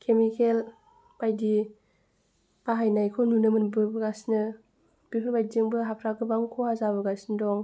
chemical बायदि बाहायनायखौ नुनो मोनबोगासिनो बेफोरबायदिजोंबो हाफ्रा गोबां ख'हा जाबोगासिनो दं